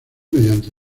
mediante